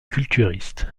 culturiste